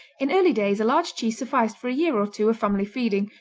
in early days a large cheese sufficed for a year or two of family feeding,